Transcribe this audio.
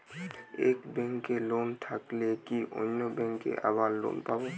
এক ব্যাঙ্কে লোন থাকলে কি অন্য ব্যাঙ্কে আবার লোন পাব?